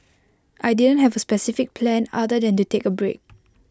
I didn't have A specific plan other than to take A break